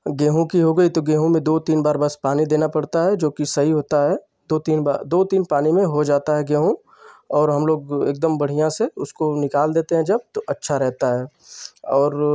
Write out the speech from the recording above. गेहूँ कि हो गई तो गेहूँ में दो तीन बार बस पानी देना पड़ता है जो कि सही होता है दो तीन बार दो तीन पानी में हो जाता है गेहूँ और हम लोग एकदम बढ़िया से उसको निकाल देते हैं जब तो अच्छा रहता है और